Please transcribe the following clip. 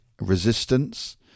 resistance